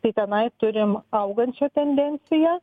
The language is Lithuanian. tai tenai turim augančią tendenciją